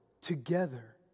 together